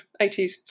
80s